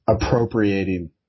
Appropriating